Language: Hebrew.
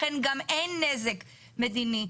לכן גם אין נזק מדיני.